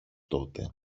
τότε